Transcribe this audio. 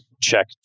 check